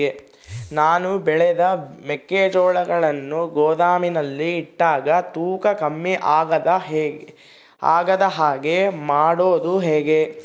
ನಾನು ಬೆಳೆದ ಮೆಕ್ಕಿಜೋಳವನ್ನು ಗೋದಾಮಿನಲ್ಲಿ ಇಟ್ಟಾಗ ತೂಕ ಕಮ್ಮಿ ಆಗದ ಹಾಗೆ ಮಾಡೋದು ಹೇಗೆ?